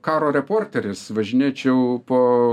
karo reporteris važinėčiau po